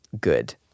good